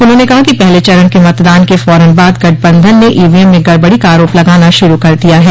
उन्होने कहा कि पहले चरण के मतदान के फौरन बाद गठबन्धन ने ईवीएम में गड़बड़ी का आरोप लगाना शुरू कर दिया है